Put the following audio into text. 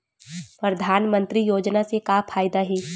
परधानमंतरी योजना से का फ़ायदा हे?